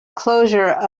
closure